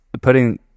putting